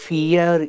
Fear